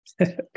Okay